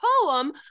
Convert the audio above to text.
poem